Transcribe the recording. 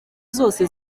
zose